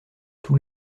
tous